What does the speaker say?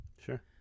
Sure